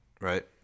right